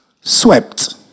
swept